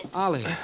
Ollie